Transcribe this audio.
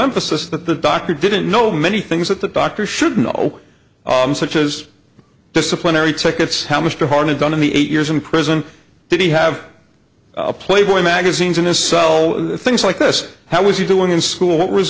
emphasis that the doctor didn't know many things that the doctor should know such as disciplinary tickets how mr harnett done in the eight years in prison did he have a playboy magazines in his cell things like this how was he doing in school what was